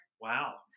Wow